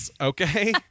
okay